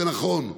זה נכון,